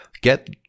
get